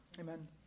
amen